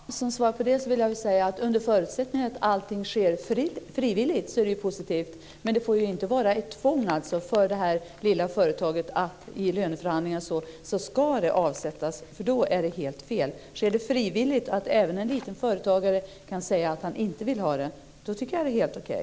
Fru talman! Som svar på det vill jag säga att under förutsättning att allting sker frivilligt är det positivt. Men det får inte vara ett tvång för det lilla företaget i löneförhandlingar att pengar ska avsättas. Det vore helt fel. Om det sker frivilligt så att även en liten företagare kan säga nej, så tycker jag att det är helt okej.